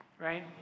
Right